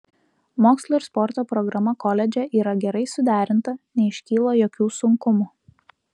mokslo ir sporto programa koledže yra gerai suderinta neiškyla jokių sunkumų